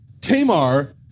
Tamar